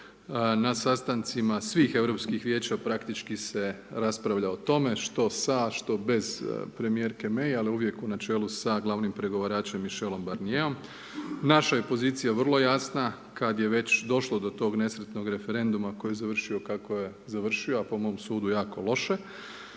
Na sastancima svih Europskih vijeća, praktički se raspravlja o tome što sa, što bez premijerke May, ali uvijek u načelu sa glavnim pregovaračem Michelom Barnijerom. Naša je pozicija vrlo jasna kada je već došlo do toga nesretnog referenduma kolji je završio kako je završio, a po mom sudu jako loše